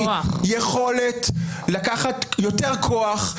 יכולת לקחת יותר כוח,